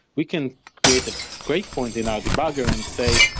we can create a breakpoint in our debugger and say,